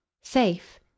safe